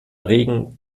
regen